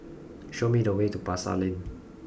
show me the way to Pasar Lane